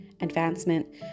advancement